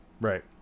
Right